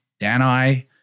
danai